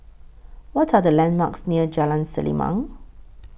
What Are The landmarks near Jalan Selimang